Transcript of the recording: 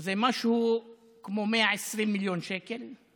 זה משהו כמו 120 מיליון שקל.